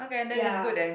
ya